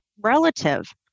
relative